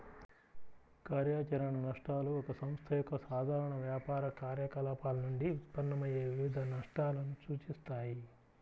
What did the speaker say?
కార్యాచరణ నష్టాలు ఒక సంస్థ యొక్క సాధారణ వ్యాపార కార్యకలాపాల నుండి ఉత్పన్నమయ్యే వివిధ నష్టాలను సూచిస్తాయి